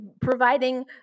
providing